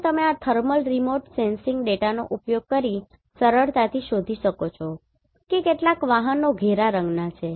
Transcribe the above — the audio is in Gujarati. અહીં તમે આ થર્મલ રિમોટ સેન્સિંગ ડેટાનો ઉપયોગ કરીને સરળતાથી શોધી શકો છો કે કેટલાક વાહનો ઘેરા રંગના છે